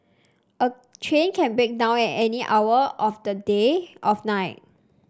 a train can break down at any hour of the day of night